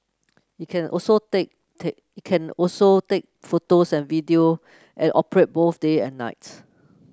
it can also take take it can also take photos and video and operate both day and night